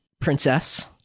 princess